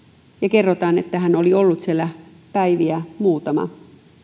kerrotaan että hän oli ollut siellä päiviä muutaman